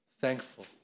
thankful